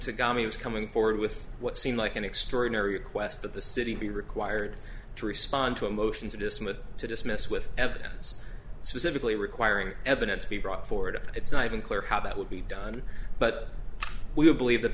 god he was coming forward with what seemed like an extraordinary request that the city be required to respond to a motion to dismiss to dismiss with evidence specifically requiring evidence be brought forward it's not even clear how that would be done but we believe that